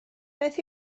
beth